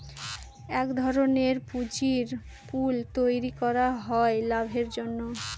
এক ধরনের পুঁজির পুল তৈরী করা হয় লাভের জন্য